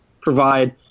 provide